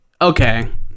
Okay